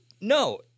no